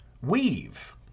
weave